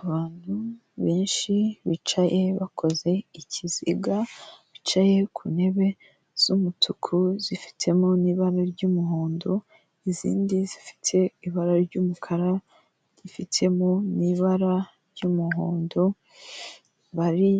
Abantu benshi bicaye bakoze ikiziga bicaye ku ntebe z'umutuku zifitemo n'ibara ry'umuhondo n'izindi zifite ibara ry'umukara gifite mu n'ibara ry'umuhondo, bari